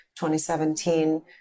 2017